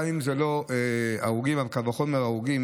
גם אם לא מדובר בהרוגים, וקל וחומר הרוגים.